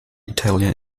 italian